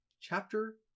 Chapter